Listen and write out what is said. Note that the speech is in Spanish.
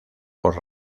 por